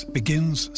begins